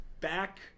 back